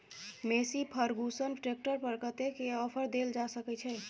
Massey Ferguson tractor पर कतेक के ऑफर देल जा सकै छै?